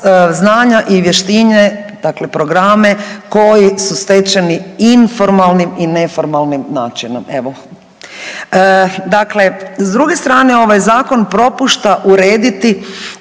znanja i vještine, dakle programe koji su stečeni informalnim i neformalnim načinom, evo. Dakle, s druge strane ovaj zakon propušta urediti